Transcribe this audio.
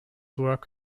work